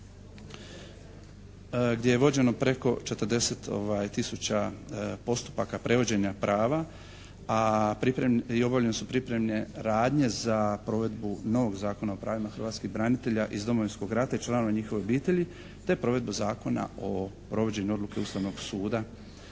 gdje je vođeno preko 40 tisuća postupaka prevođenje prava i obavljene su pripremne radnje za provedbu novog Zakona o pravima hrvatskih branitelja iz Domovinskog rata i članova njihovih obitelji te provedbu Zakona o provođenju Odluke Ustavnog suda